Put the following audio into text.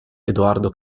edoardo